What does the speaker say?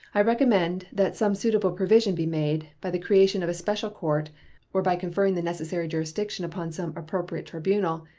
i recommend that some suitable provision be made, by the creation of a special court or by conferring the necessary jurisdiction upon some appropriate tribunal,